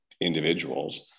individuals